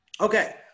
Okay